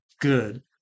good